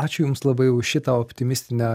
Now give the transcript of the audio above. ačiū jums labai už šitą optimistinę